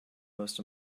most